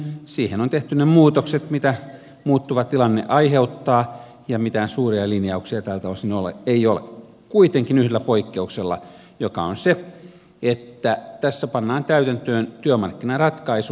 siihen on tehty ne muutokset mitä muuttuva tilanne aiheuttaa ja mitään suuria linjauksia tältä osin ei ole kuitenkin yhdellä poikkeuksella joka on se että tässä pannaan täytäntöön työmarkkinaratkaisu